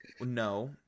No